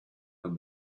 and